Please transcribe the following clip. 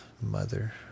mother